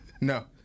No